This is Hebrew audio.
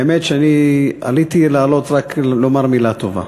האמת היא שאני עליתי רק כדי לומר מילה טובה.